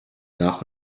nach